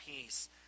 peace